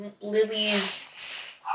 Lily's